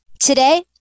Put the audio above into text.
Today